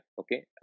okay